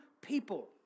people